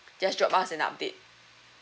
just drop us an update